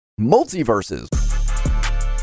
multiverses